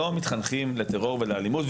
לא מתחנכים לטרור ולאלימות,